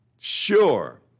sure